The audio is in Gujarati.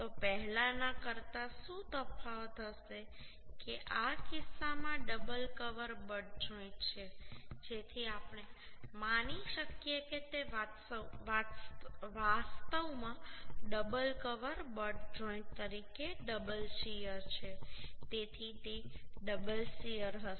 તો પહેલાના કરતા શું તફાવત હશે કે આ કિસ્સામાં ડબલ કવર બટ જોઈન્ટ છે જેથી આપણે માની શકીએ કે તે વાસ્તવમાં ડબલ કવર બટ જોઈન્ટ તરીકે ડબલ શીયર છે તેથી તે ડબલ શીયર હશે